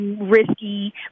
Risky